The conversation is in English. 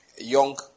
Young